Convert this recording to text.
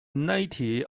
native